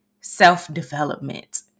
self-development